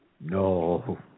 No